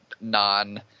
non